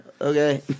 Okay